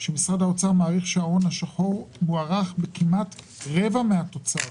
פורסם שמשרד האוצר מעריך שההון השחור מוערך בכמעט רבע מהתוצר,